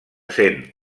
sent